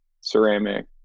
ceramic